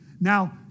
Now